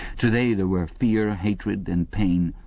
today there were fear, ah hatred, and pain,